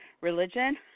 religion